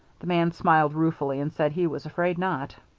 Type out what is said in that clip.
the man smiled ruefully, and said he was afraid not.